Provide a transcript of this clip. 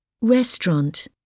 Restaurant